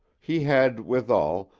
he had, withal,